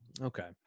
Okay